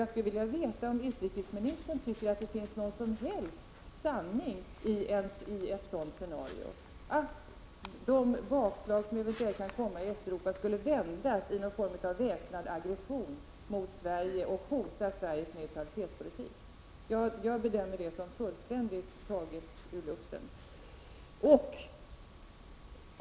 Jag skulle vilja veta om utrikesministern tycker att det finns någon som helst sanning i ett sådant scenario — att ett bakslag som eventuellt kan komma i Östeuropa skulle vändas i någon form av väpnad aggression mot Sverige, hota Sveriges neutralitetspolitik. Jag bedömer det som fullständigt taget ur luften.